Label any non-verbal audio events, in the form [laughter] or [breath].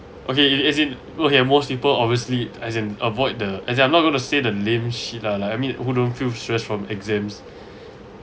okay as in ~ okay most people obviously as in avoid the as in I'm not going to say the lame shit lah like I mean who don't feel stress from exams [breath]